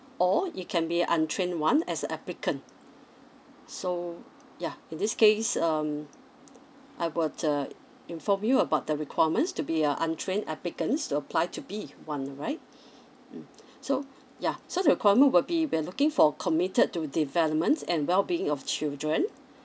or you can be a untrained one as a applicant so yeah in this case um I would uh inform you about the requirements to be a untrained applicants to apply to be one all right mm so yeah so the requirement will be we are looking for committed to development and well being of children